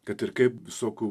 kad ir kaip visokių